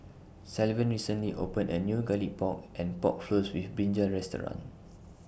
Sylvan recently opened A New Garlic Pork and Pork Floss with Brinjal Restaurant